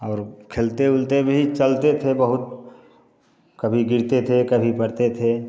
और खेलते ओलते भी चलते थे बहुत कभी गिरते थे कभी पड़ते थे